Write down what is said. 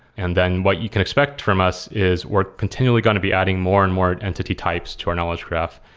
and then what you can expect from us is work continually going to be adding more and more entity types to our knowledge graph,